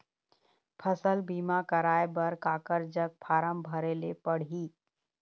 फसल बीमा कराए बर काकर जग फारम भरेले पड़ही?